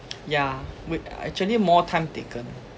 yeah we actually more time taken